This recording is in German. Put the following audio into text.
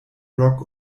rock